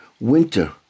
winter